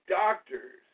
doctors